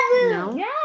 No